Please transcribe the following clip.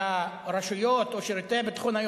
נשק שהרשויות או שירותי הביטחון היו